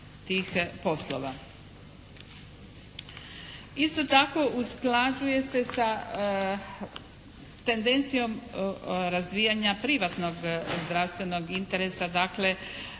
Isto tako usklađuje se sa tendencijom razvijanja privatnog zdravstvenog interesa, dakle